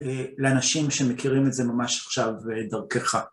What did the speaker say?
לאנשים שמכירים את זה ממש עכשיו דרכך.